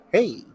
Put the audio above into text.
Hey